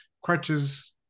crutches